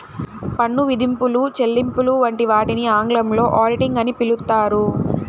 పన్ను విధింపులు, చెల్లింపులు వంటి వాటిని ఆంగ్లంలో ఆడిటింగ్ అని పిలుత్తారు